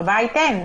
בבית אין.